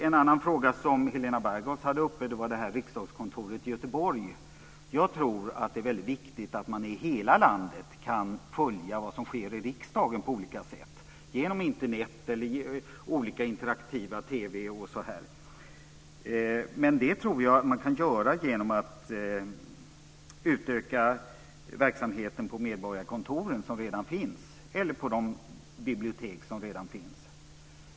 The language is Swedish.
En annan fråga som Helena Bargholtz tog upp gällde riksdagskontoret i Göteborg. Jag tror att det är väldigt viktigt att man på olika sätt kan följa vad som sker i riksdagen i hela landet. Det kan ske genom Internet och olika interaktiva TV-kanaler. Jag tror att man kan göra detta genom att utöka verksamheten på de medborgarkontor som redan finns eller på de bibliotek som redan finns.